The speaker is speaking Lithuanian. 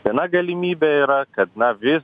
viena galimybė yra kad na vis